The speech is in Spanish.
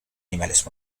animales